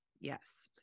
Yes